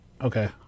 okay